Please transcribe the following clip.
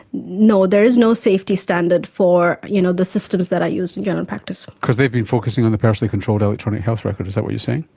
no, there is no safety standard for you know the systems that are used in general practice. because they've been focusing on the personally controlled electronic health record, is that what you're saying?